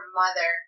mother